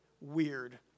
weird